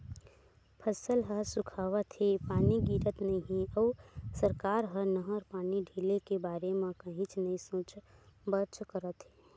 फसल ह सुखावत हे, पानी गिरत नइ हे अउ सरकार ह नहर पानी ढिले के बारे म कहीच नइ सोचबच करत हे